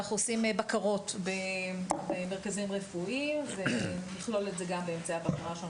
אנחנו עושים בקרות במרכזים רפואיים ונכלול את זה גם באמצעי הבקרה.